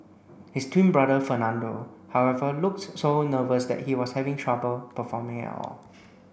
his twin brother Fernando however looked so nervous that he was having trouble performing at all